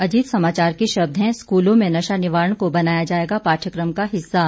अजीत समाचार के शब्द हैं स्कूलों में नशा निवारण को बनाया जाएगा पाठयकम का हिस्सा